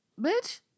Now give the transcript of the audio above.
Bitch